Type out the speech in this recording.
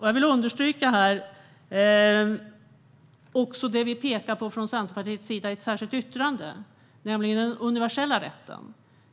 Jag vill understryka det Centerpartiet pekar på i ett särskilt yttrande, nämligen den universella rätten.